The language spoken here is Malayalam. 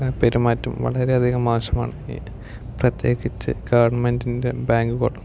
പെരുമാറ്റം വളരെയധികം മോശമാണ് പ്രത്യേകിച്ച് ഗവൺമെന്റിൻ്റെ ബാങ്കുകൾ